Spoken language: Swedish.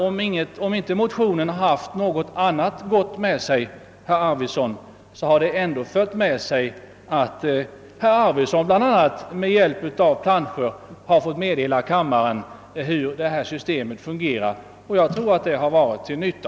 Om inte motionen haft något annat gott med sig, herr Arvidson, har den ändå bl.a. givit herr Arvidson tillfälle att med hjälp av bilder visa kammaren hur det nuvarande systemet fungerar, vilket jag tror har varit till nytta.